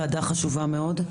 ועדה חשובה מאוד.